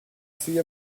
سوی